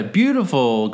beautiful